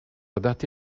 adatti